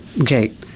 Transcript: okay